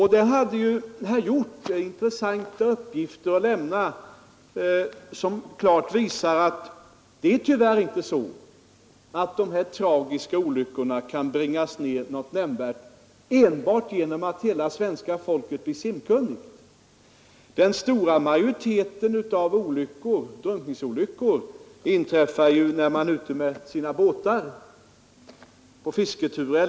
Herr Hjorth lämnade intressanta uppgifter, som klart visar att det tyvärr inte är så att de tragiska drunkningsolyckorna nämnvärt kan bringas ned i antal genom att hela svenska folket blir simkunnigt. Den stora majoriteten av drunkningsolyckor inträffar när människor är ute i sina båtar t.ex. på fisketurer.